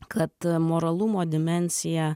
kad moralumo dimensija